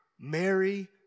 Mary